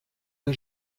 der